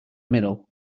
middle